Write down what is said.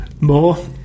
more